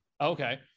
Okay